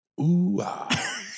Ooh-ah